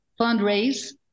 fundraise